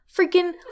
freaking